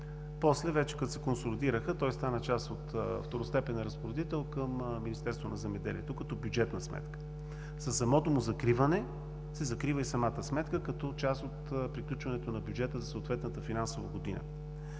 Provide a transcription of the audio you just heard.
сметка, вече като се консолидираха, той стана част от второстепенен разпоредител към Министерството на земеделието, като бюджетна сметка. Със самото му закриване се закрива и самата сметка като част от приключването на бюджета за съответната финансова година.